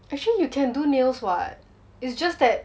actually you can do nails [what] is just that